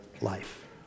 life